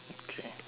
okay